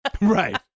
right